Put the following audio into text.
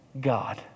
God